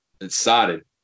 Excited